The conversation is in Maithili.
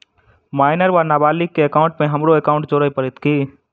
माइनर वा नबालिग केँ एकाउंटमे हमरो एकाउन्ट जोड़य पड़त की?